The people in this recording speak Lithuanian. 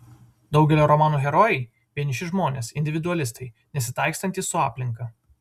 daugelio romanų herojai vieniši žmonės individualistai nesitaikstantys su aplinka